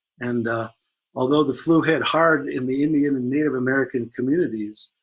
and although the flu hit hard in the indian and native american communities,